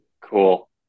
cool